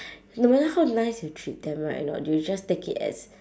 no matter how nice you treat them right you know they'll just take it as